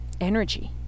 energy